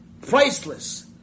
priceless